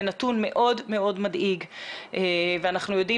זה נתון מאוד מאוד מדאיג ואנחנו יודעים